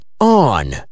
On